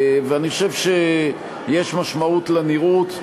אני חושב שיש משמעות לנראות,